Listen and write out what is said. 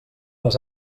les